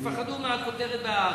הם יפחדו מהכותרת ב"הארץ".